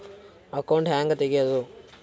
Account ಹ್ಯಾಂಗ ತೆಗ್ಯಾದು?